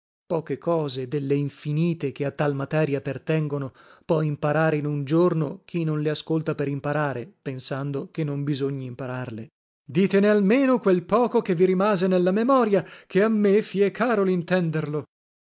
poche cose delle infinite che a tal materia partengono pò imparare in un giorno chi non le ascolta per imparare pensando che non bisogni impararle bem ditene almeno quel poco che vi rimase nella memoria ché a me fie caro lintenderlo